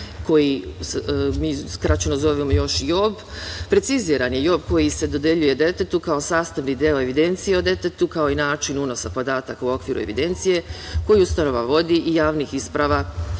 koji mi skraćeno zovemo još JOB. Preciziran je JOB koji se dodeljuje detetu kao sastavni deo evidencije o detetu, kao i način unosa podataka u okviru evidencije koju ustanova vodi i javnih isprava